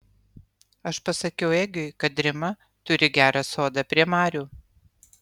aš pasakiau egiui kad rima turi gerą sodą prie marių